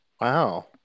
Wow